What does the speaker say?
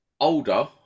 older